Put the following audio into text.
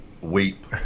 weep